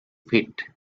feet